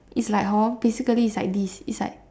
is like hor basically is like this is like